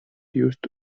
used